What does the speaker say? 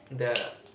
the